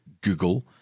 Google